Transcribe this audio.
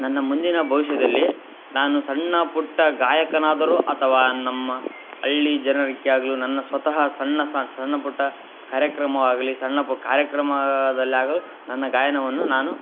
ನನ್ನ ಮುಂದಿನ ಭವಿಷ್ಯದಲ್ಲಿ ನಾನು ಸಣ್ಣ ಪುಟ್ಟ ಗಾಯಕನಾದರು ಅಥವಾ ನಮ್ಮ ಹಳ್ಳಿ ಜನರಿಗ್ಯಾಗ್ಲು ನನ್ನ ಸ್ವತಃ ಸಣ್ಣ ಸಣ್ಣ ಸಣ್ಣ ಪುಟ್ಟ ಕಾರ್ಯಕ್ರಮವಾಗಲಿ ಸಣ್ಣ ಪು ಕಾರ್ಯಕ್ರಮ ನನ್ನ ಗಾಯನವನ್ನು ನಾನು